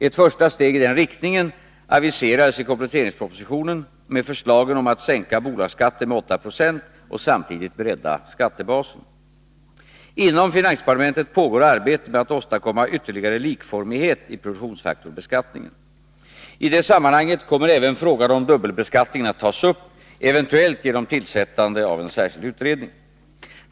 Ett första steg i den riktningen aviserades i kompletteringspropositionen med förslagen om att sänka bolagsskatten med 8 20 och samtidigt bredda skattebasen. Inom finansdepartementet pågår arbete med att åstadkomma ytterligare likformighet i produktionsfaktorsbeskattningen. I det sammanhanget kommer även frågan om dubbelbeskattningen att tas upp, eventuellt genom tillsättande av en särskild utredning.